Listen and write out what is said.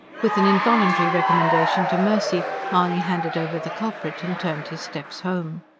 with an involuntary recommendation to mercy, mahony handed over the culprit and turned his steps home.